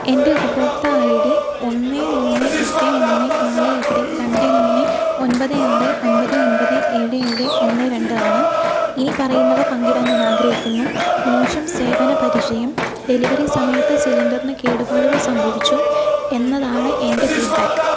എന്റെ ഉപഭോക്ത I D ഒന്ന് മൂന്ന് എട്ട് മൂന്ന് നാല് എട്ട് രണ്ട് മൂന്ന് ഒമ്പത് ആറ് ഒമ്പത് ഒമ്പത് ഏഴ് ഏഴ് ഒന്ന് രണ്ട് ആണ് ഈ പറയുന്നവ പങ്കിടാൻ ഞാൻ ആഗ്രഹിക്കുന്നു മോശം സേവന പരിചയം ഡെലിവറി സമയത്ത് സിലിണ്ടർന് കേടുപാടുകൾ സംഭവിച്ചു എന്നതാണ് എന്റെ ഫീഡ്ബാക്ക്